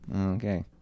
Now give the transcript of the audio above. okay